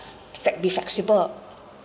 fl~ be flexible